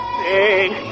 sing